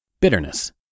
Bitterness